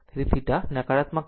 તેથી θ નકારાત્મક રહેશે